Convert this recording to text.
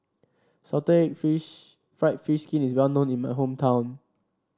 Salted Egg fish fried fish skin is well known in my hometown